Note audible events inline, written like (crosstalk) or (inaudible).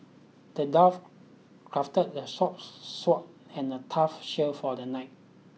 the dwarf crafted a (unintelligible) sword and a tough shield for the knight